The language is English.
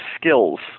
skills